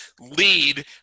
lead